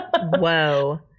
Whoa